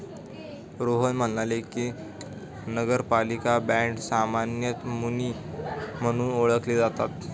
रोहन म्हणाले की, नगरपालिका बाँड सामान्यतः मुनी म्हणून ओळखले जातात